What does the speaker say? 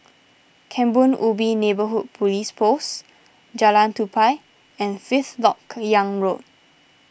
Kebun Ubi Neighbourhood Police Post Jalan Tupai and Fifth Lok Yang Road